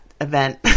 event